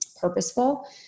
purposeful